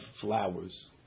flowers